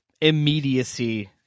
immediacy